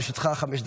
לרשותך חמש דקות.